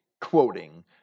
quoting